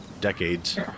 decades